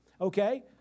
Okay